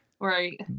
Right